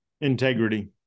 Integrity